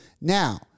Now